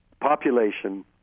population